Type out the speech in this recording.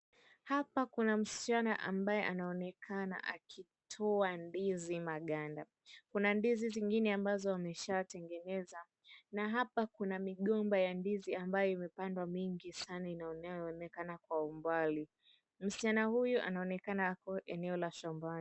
Hapa kuna msichana ambaye anaonekana akitoa ndizi maganda. Kuna ndizi zingine ambazo ameshatengeneza, Na hapa kuna migomba ya ndizi ambayo imepandwa mengi sana na inayo onekana kwa umbali. Mschana huyu anaonekana kuwa eneo la shambani.